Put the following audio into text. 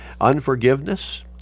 unforgiveness